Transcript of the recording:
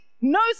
no